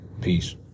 peace